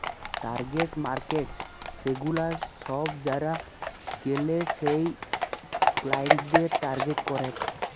target markets সেগুলা সব যারা কেলে সেই ক্লায়েন্টদের টার্গেট করেক